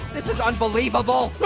this is unbelievable.